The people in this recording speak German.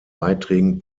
beiträgen